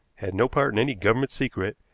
had no part in any government secret,